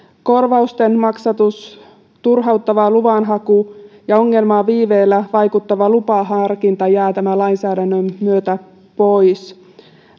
korvausten maksatus turhauttava luvanhaku ja ongelmaan viiveellä vaikuttava lupaharkinta jää tämän lainsäädännön myötä pois